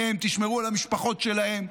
תשמרו עליהם, תשמרו על המשפחות שלהם,